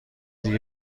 دیگه